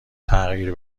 تغییر